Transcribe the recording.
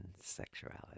sexuality